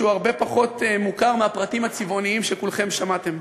שהוא הרבה פחות מוכר מהפרטים הצבעוניים שכולכם שמעתם,